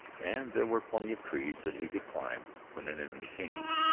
and there were plenty of trees that he could climb when an enemy came.